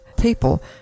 people